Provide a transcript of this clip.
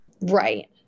Right